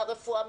מהרפואה,